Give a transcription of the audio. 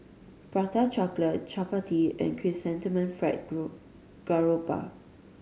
Prata Chocolate chappati and chrysanthemum fried group garoupa